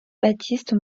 baptiste